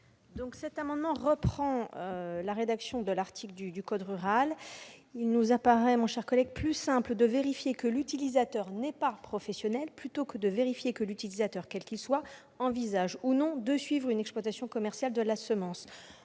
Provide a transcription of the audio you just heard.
? Cet amendement reprend la rédaction du code rural. Il apparaît plus simple de vérifier que l'utilisateur n'est pas professionnel plutôt que de contrôler que l'utilisateur, quel qu'il soit, envisage ou non de suivre une exploitation commerciale de la semence.